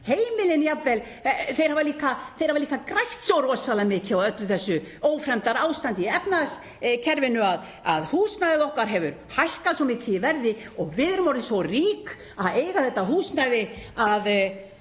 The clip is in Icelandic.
heimilanna séu bara í fínum málum. Þau hafa líka grætt svo rosalega mikið á öllu þessu ófremdarástandi í efnahagskerfinu, húsnæðið okkar hefur hækkað svo mikið í verði og við erum orðin svo rík að eiga þetta húsnæði að